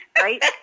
Right